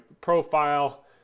profile